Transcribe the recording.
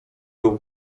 był